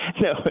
no